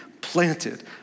planted